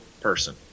person